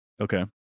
okay